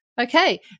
Okay